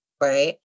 right